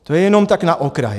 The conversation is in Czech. To je jenom tak na okraj.